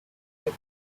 the